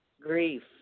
grief